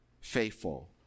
faithful